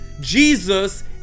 Jesus